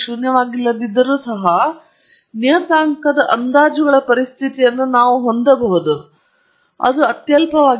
ಈ ಸರಳವಾದ ವ್ಯಾಯಾಮದಿಂದ ನಾವು ಏನನ್ನು ತೆಗೆದುಕೊಳ್ಳಬೇಕು ನಾವು ಸರಿಹೊಂದಿಸಿದಾಗ ನಿಜವಾದ ನಿಯತಾಂಕಗಳನ್ನು ಶೂನ್ಯವಾಗಿಲ್ಲದಿದ್ದರೂ ಸಹ ನಿಯತಾಂಕದ ಅಂದಾಜುಗಳ ಪರಿಸ್ಥಿತಿಯನ್ನು ನಾವು ಹೊಂದಬಹುದು ಅದು ಅತ್ಯಲ್ಪವಾಗಿರಬಹುದು